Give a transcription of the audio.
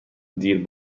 دیر